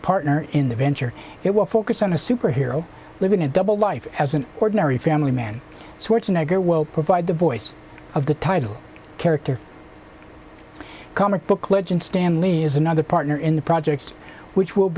partner in the venture it will focus on a superhero living a double life as an ordinary family man sorts an egg or will provide the voice of the title character comic book legend stan lee is another partner in the project which will